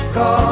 go